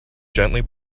gently